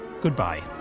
goodbye